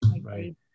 Right